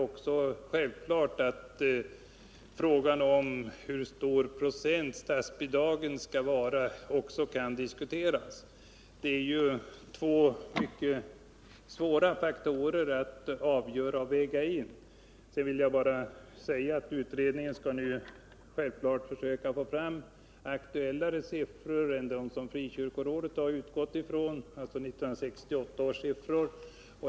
Frågan om hur stor procentuell andel statsbidragen skall utgöra kan självfallet också diskuteras. Detta är två faktorer som det är mycket svårt att väga in. Sedan vill jag bara säga att utredningen givetvis skall försöka att få fram aktuellare siffror än dem som Frikyrkorådet har utgått från, alltså 1968 års siffror.